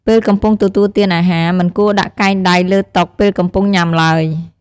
ពេលកំពុងទទួលទានអាហារ មិនគួរដាក់កែងដៃលើតុពេលកំពុងញុំាឡើយ។